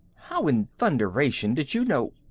how in thunderation did you know?